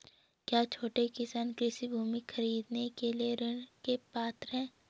क्या छोटे किसान कृषि भूमि खरीदने के लिए ऋण के पात्र हैं?